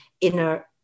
inner